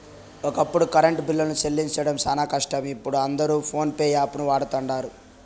ఒకప్పుడు కరెంటు బిల్లులు సెల్లించడం శానా కష్టం, ఇపుడు అందరు పోన్పే యాపును వాడతండారు